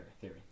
theory